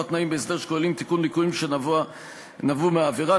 תנאים בהסדר שכוללים תיקון ליקויים שנבעו מהעבירה,